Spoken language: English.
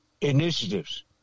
initiatives